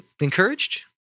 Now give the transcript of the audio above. encouraged